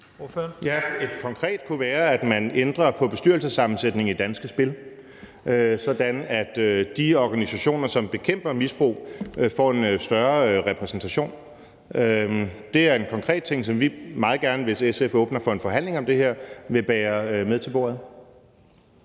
Ja, et konkret initiativ kunne være, at man ændrer på bestyrelsessammensætningen i Danske Spil, sådan at de organisationer, som bekæmper misbrug, får en større repræsentation. Det er en konkret ting, som vi meget gerne, hvis SF åbner for en forhandling om det her, vil bære med ind til bordet.